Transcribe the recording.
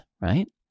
right